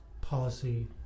policy